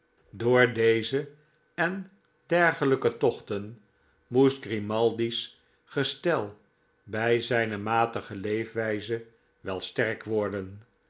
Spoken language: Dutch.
door deze en dergelh'ke tochten moest grimaldi's gestel bij zijne matige leefwijze wel sterk worden